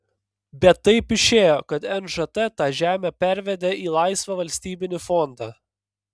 bet taip išėjo kad nžt tą žemę pervedė į laisvą valstybinį fondą